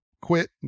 quit